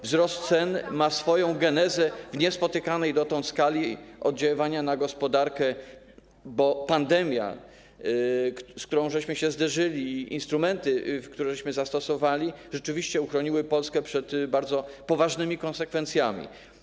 Wzrost cen ma swoją genezę w niespotykanej dotąd skali oddziaływania na gospodarkę, bo pandemia, z którą się zderzyliśmy, instrumenty, które zastosowaliśmy, rzeczywiście uchroniły Polskę przed bardzo poważnymi konsekwencjami.